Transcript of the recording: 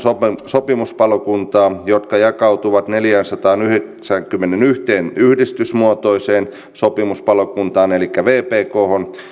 sopimuspalokuntaa jotka jakautuvat neljäänsataanyhdeksäänkymmeneenyhteen yhdistysmuotoiseen sopimuspalokuntaan eli vpkhon